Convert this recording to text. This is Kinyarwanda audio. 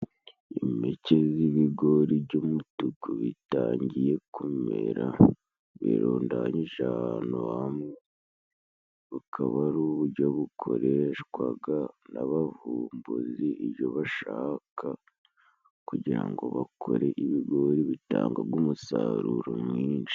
Impeke z'ibigori by'umutuku bitangiye kumera, birundanyije ahantu hamwe, bukaba ari ubujyo bukoreshwaga n'abavumbuzi iyo bashaka kugira ngo bakore ibigori bitangaga umusaruro mwinshi.